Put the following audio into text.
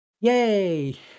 Yay